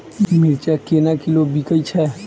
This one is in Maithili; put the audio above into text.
मिर्चा केना किलो बिकइ छैय?